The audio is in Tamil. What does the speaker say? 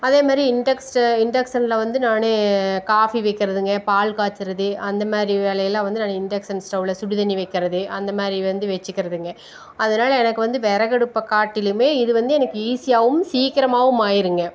அதே மாதிரி இன்டெக்ஷ இன்டெக்ஷனில் வந்து நானு காஃபி வைக்கிறதுங்க பால் காய்ச்சிறது அந்தமாதிரி வேலையெல்லாம் வந்து நானு இன்டெக்ஷன் ஸ்டவ்வில் சுடு தண்ணி வைக்கிறது அந்தமாதிரி வந்து வச்சுக்கிறதுங்க அதனால எனக்கு வந்து விறகு அடுப்பை காட்டிலுமே இது வந்து எனக்கு ஈஸியாவும் சீக்கிரமாவும் ஆகிருங்க